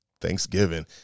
Thanksgiving